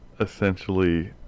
essentially